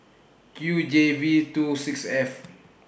Q J V two six F